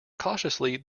cautiously